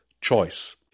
choice